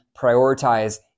prioritize